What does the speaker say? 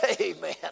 Amen